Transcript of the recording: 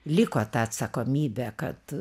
liko ta atsakomybė kad